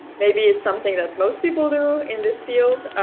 maybe it's something that most people do in this field,